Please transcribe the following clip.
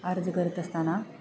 अर्ज करत असताना